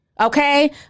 Okay